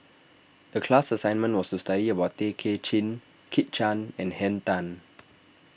the class assignment was to study about Tay Kay Chin Kit Chan and Henn Tan